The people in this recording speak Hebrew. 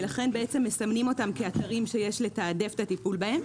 ולכן מסמנים אותם כאתרים שיש לתעדף את הטיפול בהם.